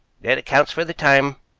that accounts for the time,